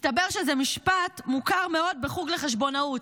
מסתבר שזה משפט מוכר מאוד בחוג לחשבונאות,